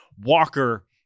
Walker